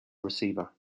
receiver